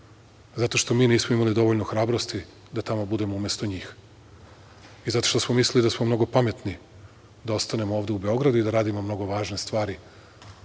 zato što mi nismo imali dovoljno hrabrosti da tamo budemo umesto njih i zato što smo mislili da smo mnogo pametni da ostanemo ovde u Beogradu i da radimo mnogo važne stvari,